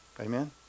Amen